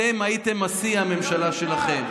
אתם הייתם השיא בממשלה שלכם.